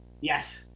Yes